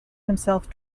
himself